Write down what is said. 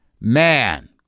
man